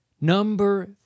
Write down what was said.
Number